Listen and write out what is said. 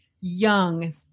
young